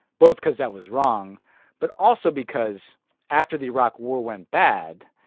both because that was wrong but also because after the iraq war went bad,